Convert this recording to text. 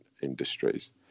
industries